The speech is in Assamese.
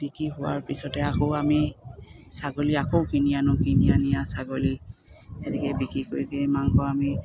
বিক্ৰী হোৱাৰ পিছতে আকৌ আমি ছাগলী আকৌ কিনি আনো কিনি আনি আৰু ছাগলী এনেকৈ বিক্ৰী কৰি কৰি মাংস আমি